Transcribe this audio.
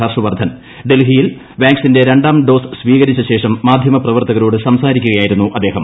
ഹർഷ് വർദ്ധൻ ഡൽഹിയിൽ വാക്സിന്റെ രണ്ടാം ഡോസ് സ്വീകരിച്ചശേഷ് മാധ്യമ പ്രവർത്തകരോട് സംസാരിക്കുകയായിരുന്നു അദ്ദേഹം